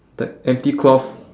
that empty cloth